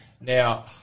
Now